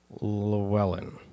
Llewellyn